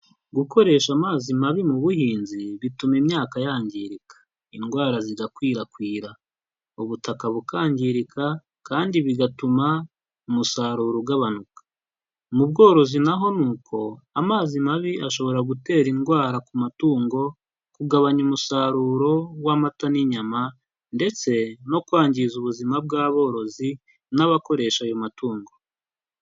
Gukoresha amazi mabi mu buhinzi bituma imyaka yangirika, indwara zigakwirakwira, ubutaka bukangirika kandi bigatuma umusaruro ugabanuka, mu bworozi na ho ni uko amazi mabi ashobora gutera indwara ku matungo, kugabanya umusaruro w'amata n'inyama ndetse no kwangiza ubuzima bw'aborozi n'abakoresha ayo matungo.